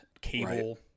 cable